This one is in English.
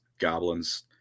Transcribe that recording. goblins